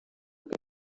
que